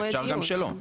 אפשר גם שלא.